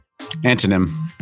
Antonym